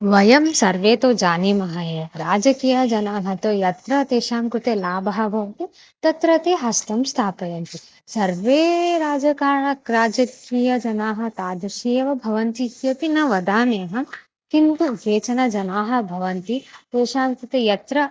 वयं सर्वे तु जानीमः एव राजकीयजनाः तु यत्र तेषां कृते लाभः भवन्ति तत्र ते हस्तं स्थापयन्ति सर्वे राजकारणं राजकीयजनाः तादृशाः एव भवन्ति इत्यपि न वदामि अहं किन्तु केचन जनाः भवन्ति तेषां कृते यत्र